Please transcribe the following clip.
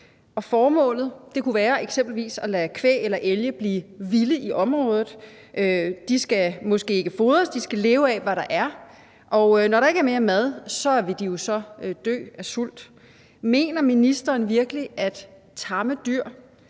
formålet kunne eksempelvis være at lade kvæg eller elge blive vilde i området. De skal måske ikke fodres, men de skal leve af, hvad der er, og når der ikke er mere mad, vil de jo så dø af sult. Mener ministeren virkelig, at tamme dyr